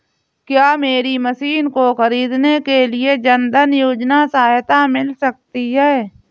क्या मेरी मशीन को ख़रीदने के लिए जन धन योजना सहायता कर सकती है?